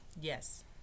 Yes